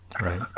Right